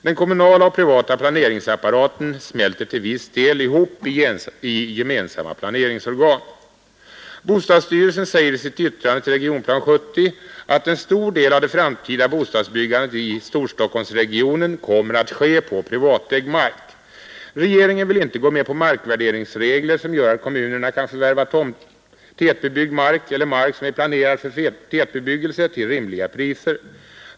Den kommunala och privata planeringsapparaten smälter till viss del ihop i gemensamma planeringsorgan. Bostadsstyrelsen säger i sitt yttrande till Regionplan 70 att en stor del av det framtida bostadsbyggandet i Storstockholmsregionen kommer att ske på privatägd mark. Regeringen vill inte gå med på markvärderingsregler som gör att kommunerna kan förvärva tätbebyggd mark eller mark som är planerad för tätbebyggelse till rimliga priser.